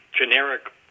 generic